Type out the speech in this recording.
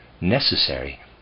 necessary